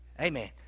Amen